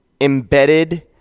embedded